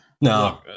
No